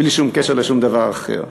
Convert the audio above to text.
בלי שום קשר לשום דבר אחר.